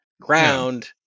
ground